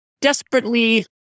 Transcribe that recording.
desperately